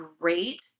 great